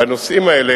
לו?